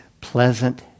pleasant